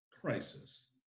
crisis